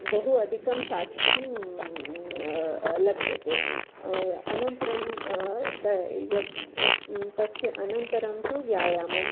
बहु अधिकं साक्षीं लभ्यते अनन्तरं यत् तस्य अनन्तरं तु व्यायामम्